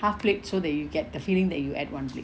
half plate so that you get the feeling that you ate one plate